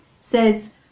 says